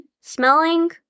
smelling